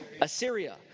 Assyria